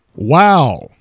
Wow